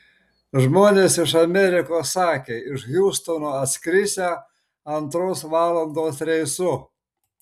žmonės iš amerikos sakė iš hjustono atskrisią antros valandos reisu